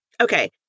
Okay